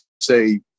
say